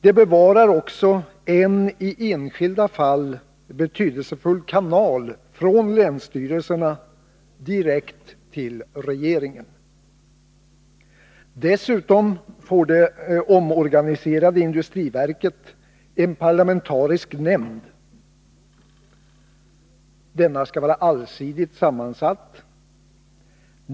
Det bevarar också en i enskilda fall betydelsefull kanal från länsstyrelserna direkt till regeringen. Dessutom får det omorganiserade industriverket en parlamentarisk nämnd. Denna skall vara allsidigt sammansatt.